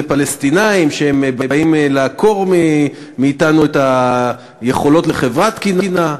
פלסטינים שבאים לעקור מאתנו את היכולות לחברה תקינה.